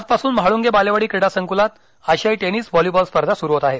आजपासून म्हाळूंगे बालेवाडी क्रीडा संक्लात आशियाई टेनिस व्हॉलिबॉल स्पर्धा स़रू होत आहेत